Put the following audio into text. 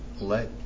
let